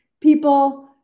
people